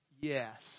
Yes